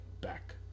back